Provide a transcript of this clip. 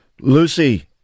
Lucy